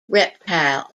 reptile